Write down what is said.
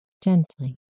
gently